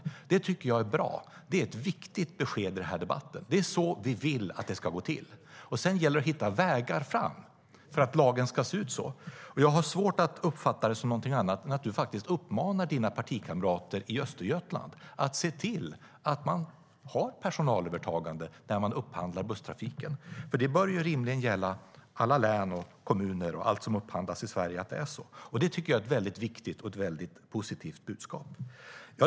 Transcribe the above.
Det tycker jag är bra. Det är ett viktigt besked i den här debatten. Det är så vi vill att det ska gå till. Sedan gäller det att hitta vägar fram för att lagen ska se ut så. Jag har svårt att uppfatta det som någonting annat än att Ylva Johansson faktiskt uppmanar sina partikamrater i Östergötland att se till att man har personalövertagande när man upphandlar busstrafiken. Det bör rimligen gälla alla län och kommuner och allt som upphandlas i Sverige. Det tycker jag är ett väldigt viktigt och positivt budskap.